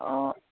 অঁ